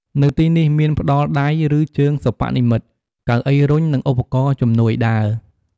នៅទីនេះមានផ្ដល់ដៃ ឬ ជើងសិប្បនិម្មិត កៅអីរុញ និងឧបករណ៍ជំនួយដើរ។